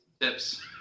tips